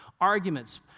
arguments